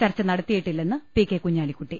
ചർച്ച നടത്തിയിട്ടില്ലെന്ന് പി കെ കുഞ്ഞാ ലിക്കുട്ടി